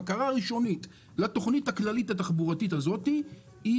הבקרה הראשונית לתוכנית הכללית התחבורתית הזאת היא